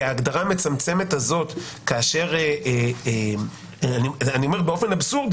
וההגדרה המצמצמת הזאת כאשר אני אומר באופן אבסורדי